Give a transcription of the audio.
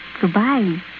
Goodbye